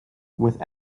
with